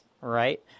Right